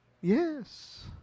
Yes